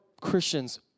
Christians